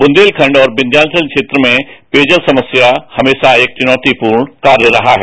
बुंदेलखंड और विंप्यांचल क्षेत्र में पेयजल समस्या हमेशा एक चुनौतीपुर्ण कार्य रहा है